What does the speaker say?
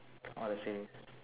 or the series